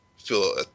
feel